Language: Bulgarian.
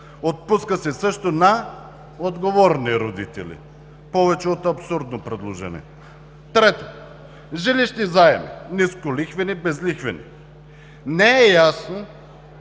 Отпуска се също на отговорни родители. Повече от абсурдно предложение! Трета – жилищни заеми: нисколихвени, безлихвени. Не е ясно,